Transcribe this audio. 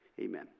amen